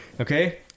Okay